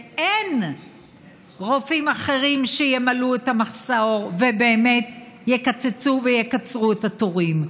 ואין רופאים אחרים שימלאו את המחסור ובאמת יקצצו ויקצרו את התורים,